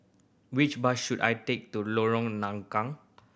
which bus should I take to Lorong Nangka